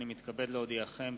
אני מתכבד להודיעכם,